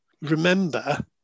Remember